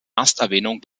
ersterwähnung